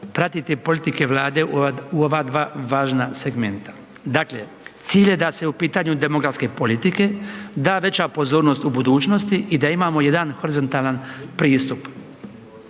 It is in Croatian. pratiti politike Vlade u ova dva važna segmenta. Dakle, cilj je da se u pitanju demografske politike da veća pozornost u budućnosti i da imamo jedan horizontalan pristup.